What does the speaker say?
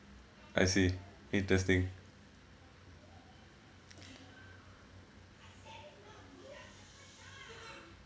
I see interesting